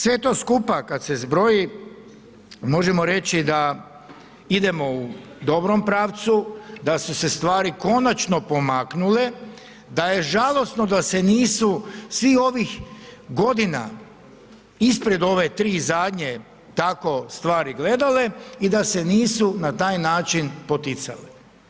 Sve to skupa kad se zbroji možemo reći da idemo u dobrom pravcu, da su se stvari konačno pomaknule, da je žalosno da se nisu svih ovih godina ispred ove tri zadnje tako stvari gledale i da se nisu na taj način poticale.